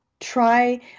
try